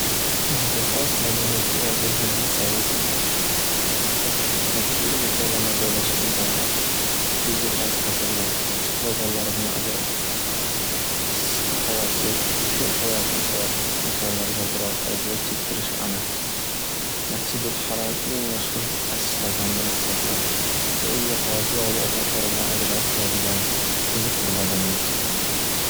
O’ziga xos madaniyatga ega bo’lgan Saudiya. Makkai Mukarrama joylashgan davlat. O’ziga hos qasrlar, ochiq bozorlari bilan ajralib turadi. Issiq havosi, cho’l hayoti esa insonlarga biroz aziyat chektirishi aniq. Masjid uk Haram eng mashxur masjidlardan biri hisoblanadi. O’ziga xos yog’li ovqatlari bilan ajralib turadigan qiziq bir madaniyat hisoblanadi.